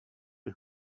the